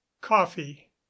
coffee